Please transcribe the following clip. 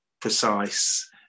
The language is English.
precise